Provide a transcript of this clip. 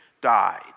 died